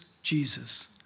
Jesus